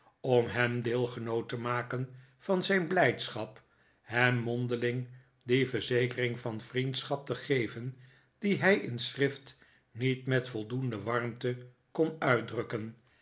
om hem deelgenoot te maken van zijn blijdschap hem mondeling die verzekering van vriendschap te geven die hij in schrift niet met voldoende warmte kon uitdrukken